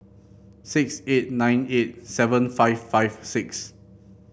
six eight nine eight seven five five six